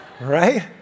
Right